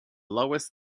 lowest